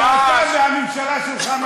שאתה והממשלה שלך,